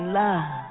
love